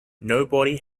nobody